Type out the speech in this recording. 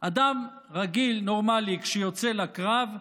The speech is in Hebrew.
אדם רגיל, נורמלי, כשיוצא לקרב,